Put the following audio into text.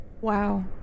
Wow